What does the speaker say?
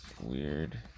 weird